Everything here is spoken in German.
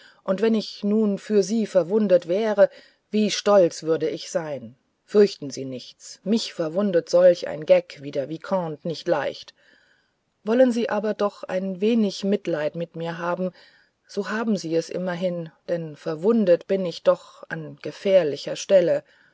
und wenn ich nun für sie verwundet wäre wie stolz würde ich sein fürchten sie nichts mich verwundet solch ein geck wie der vicomte nicht leicht wollen sie aber doch ein wenig mitleiden mit mir haben so haben sie es immerhin denn verwundet bin ich doch an gefährlicher stelle